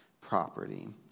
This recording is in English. property